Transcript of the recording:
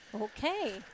okay